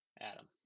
Adam